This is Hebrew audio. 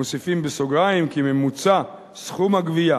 מוסיפים בסוגריים כי ממוצע סכום הגבייה